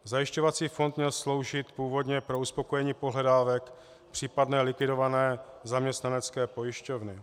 Zajišťovací fond měl sloužit původně pro uspokojení pohledávek případné likvidované Zaměstnanecké pojišťovny.